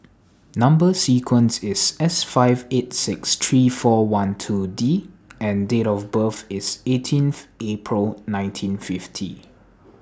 Number sequence IS S five eight six three four one two D and Date of birth IS eighteenth April nineteen fifty